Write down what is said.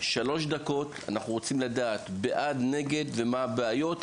שלוש דקות אנחנו רוצים לדעת בעד נגד ומה הבעיות,